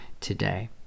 today